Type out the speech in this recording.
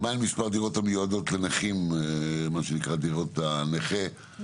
מספר הדירות המיועדות לנכים, מה שנקרא דירות הנ"ר,